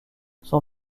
son